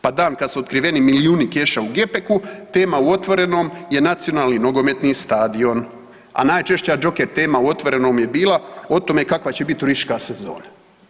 Pa dan kad su otkriveni milijuni keša u gepeku, tema u Otvorenom je nacionalni nogometni stadion a najčešća joker tema u Otvorenom je bila o tome kakva će biti turistička sezona.